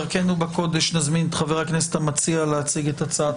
קודם נשמע את חבר הכנסת המציע מציג את הצעת